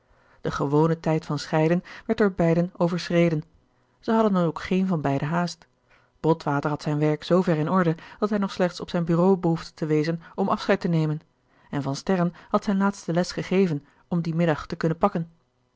de gewone tijd van scheiden werd door beiden overschreden zij hadden dan ook geen van beiden haast botwater had zijn werk zoo ver in orde dat hij nog slechts gerard keller het testament van mevrouw de tonnette op zijn bureau behoefde te wezen om afscheid te nemen en van sterren had zijne laatste les gegeven om dien middag te kunnen pakken